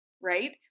Right